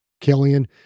Killian